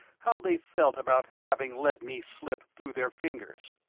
how they felt about having let me slip through their fingers.